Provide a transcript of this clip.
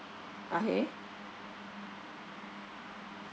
okay